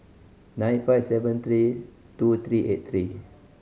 nine five seven three two three eight three